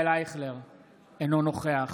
אינו נוכח